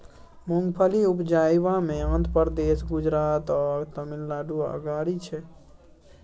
मूंगफली उपजाबइ मे आंध्र प्रदेश, गुजरात आ तमिलनाडु अगारी छै